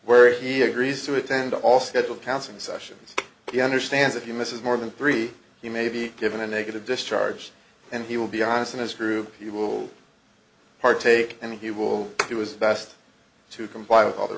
where he agrees to attend all scheduled counseling sessions he understands if you miss is more than three he may be given a negative discharge and he will be honest in his group you will partake and he will do his best to comply with all the